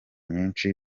nyinshi